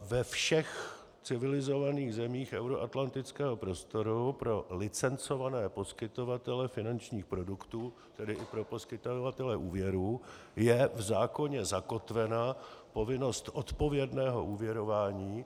Ve všech civilizovaných zemích euroatlantického prostoru pro licencované poskytovatele finančních produktů, tedy i pro poskytovatele úvěrů, je v zákoně zakotvena povinnost odpovědného úvěrování.